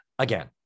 Again